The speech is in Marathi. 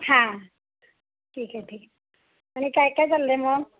हां ठीक आहे ठीक आणि काय काय चाललं आहे मग